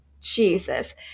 Jesus